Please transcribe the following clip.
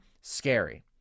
scary